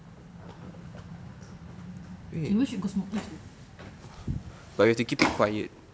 okay we should go smoke let's go